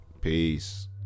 peace